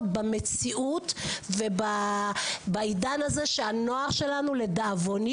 במציאות ובעידן הזה שהנוער שלנו לדאבוני,